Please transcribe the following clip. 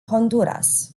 honduras